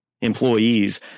employees